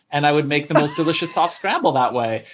and i would make the most delicious soft scramble that way.